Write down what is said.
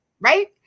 Right